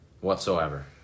whatsoever